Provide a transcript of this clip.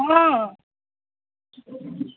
অঁ